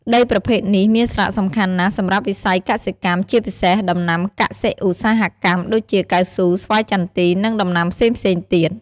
ដីប្រភេទនេះមានសារៈសំខាន់ណាស់សម្រាប់វិស័យកសិកម្ម ជាពិសេសដំណាំកសិ-ឧស្សាហកម្មដូចជា កៅស៊ូ ស្វាយចន្ទី និងដំណាំផ្សេងៗទៀត។